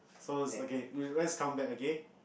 pose okay err let's count back again